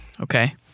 okay